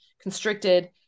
constricted